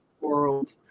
world